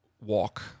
walk